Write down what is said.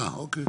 אה אוקיי.